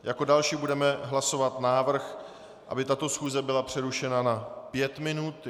Jako další budeme hlasovat návrh, aby tato schůze byla přerušena na 5 minut.